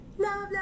Love